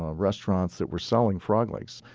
ah restaurants that were selling frog legs.